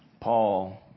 Paul